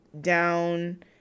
down